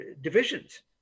divisions